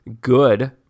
good